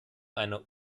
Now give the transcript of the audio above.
eine